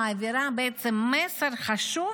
מעבירה בעצם מסר חשוב